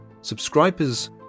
Subscribers